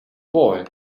boy